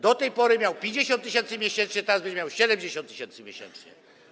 Do tej pory komornik miał 50 tys. miesięcznie, teraz będzie miał 70 tys. miesięcznie.